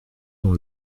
dans